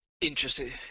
interesting